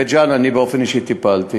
בבית-ג'ן אני באופן אישי טיפלתי.